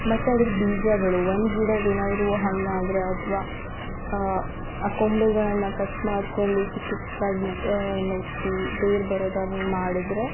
ಮತ್ತು ಅದ್ರ ಬೀಜಗಳು ಒಂದು ಗಿಡದ ಏನಾದ್ರೂ ಹಣ್ಣು ಆದರೆ ಅಥ್ವಾ ಆ ಕೊಂಬೆಗಳನ್ನು ಕಟ್ ಮಾಡಿಕೊಂಡು ಚಿಕ್ಕ ಚಿಕ್ಕ ಆಗಿ ನೆಟ್ಟು ಬೇರೆ ಬರೋದು ಹಂಗೆ ಮಾಡಿದರೆ